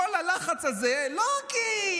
כל הלחץ הזה לא כי,